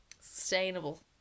sustainable